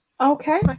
Okay